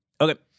Okay